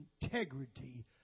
integrity